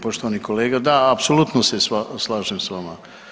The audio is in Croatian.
Poštovani kolega da apsolutno se slažem s vama.